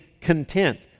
content